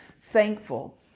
thankful